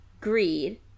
Greed